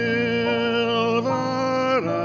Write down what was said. Silver